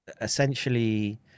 essentially